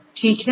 ठीक है